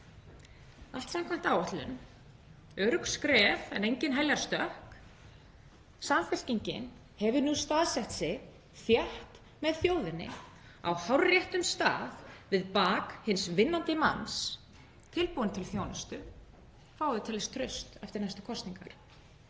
Allt samkvæmt áætlun, örugg skref en engin heljarstökk. Samfylkingin hefur nú staðsett sig þétt með þjóðinni á hárréttum stað við bak hins vinnandi manns tilbúin til þjónustu, fáum við til þess traust eftir næstu kosningar.